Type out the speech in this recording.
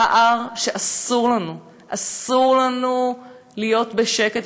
זה פער שאסור לנו להיות בשקט,